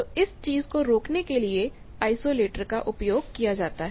तो इस चीज़ को रोकने के लिए आइसोलेटर का उपयोग किया जाता है